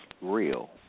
real